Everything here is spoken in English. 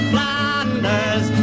Flanders